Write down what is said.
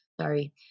sorry